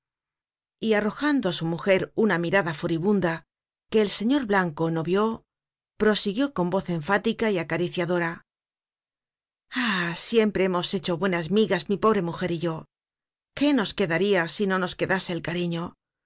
y arrojando á so mujer una mirada furibunda que el señor blanco no vio prosiguió con voz enfática y acariciadora ah siempre hemos hecho buenas migas mi pobre mujer y yo qué nos quedaria si no nos quedase el cariño